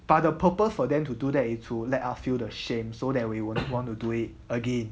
but the purpose for them to do that is to let us feel the shame so that we wouldn't want to do it again